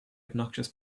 obnoxious